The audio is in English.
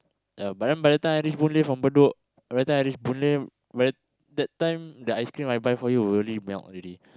uh but then by the time I reach Boon Lay from Bedok by the time I reach Boon Lay by that time the ice-cream I buy for you would already melt already